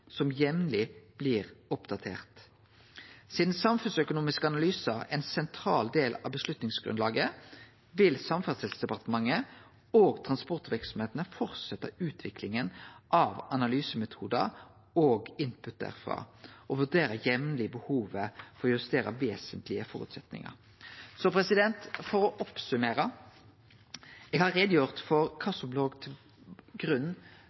som jamleg blir oppdaterte. Sidan samfunnsøkonomiske analysar er ein sentral del av avgjerdsgrunnlaget, vil Samferdselsdepartementet og transportverksemdene fortsetje utviklinga av analysemetodar og input derifrå og vurderer jamleg behovet for å justere vesentlege føresetnader. For å summere opp: Eg har gjort greie for kva som låg til grunn